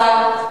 השר?